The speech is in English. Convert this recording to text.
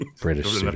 british